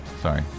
Sorry